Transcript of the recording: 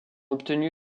obtenu